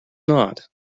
not